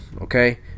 okay